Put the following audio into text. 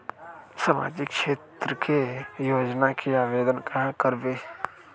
सामाजिक क्षेत्र के योजना में आवेदन कहाँ करवे?